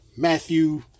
Matthew